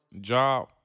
job